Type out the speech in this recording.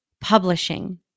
publishing